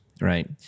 right